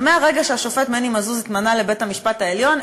ומהרגע שהשופט מני מזוז התמנה לבית-המשפט העליון,